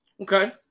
Okay